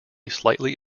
slightly